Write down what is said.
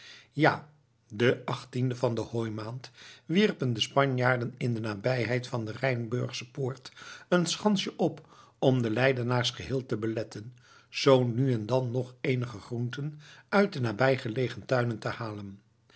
ja den achttienden van hooimaand wierpen de spanjaarden in de nabijheid van de rijnsburgsche poort een schansje op om den leidenaars geheel te beletten zoo nu en dan nog eenige groenten uit de nabij gelegen tuinen te halen